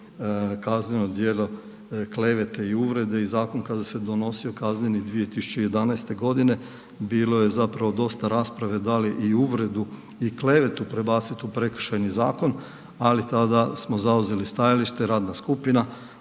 kazneno djelo klevete i uvrede. I zakon kada se donosio kazneni 2011. godine bilo je dosta rasprave da li i uvredu i klevetu prebaciti u Prekršajni zakon, ali tada smo zauzeli stajalište radna skupina